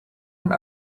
een